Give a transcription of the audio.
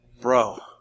bro